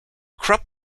krupp